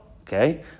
okay